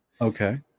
Okay